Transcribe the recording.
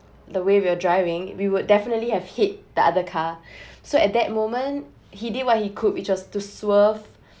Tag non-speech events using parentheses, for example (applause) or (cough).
the way we are driving we would definitely have hit the other car (breath) so at that moment he did what he could which just to swerve